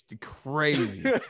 crazy